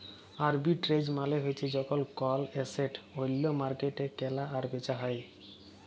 arbitrage মালে হ্যচ্যে যখল কল এসেট ওল্য মার্কেটে কেলা আর বেচা হ্যয়ে